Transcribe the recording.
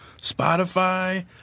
Spotify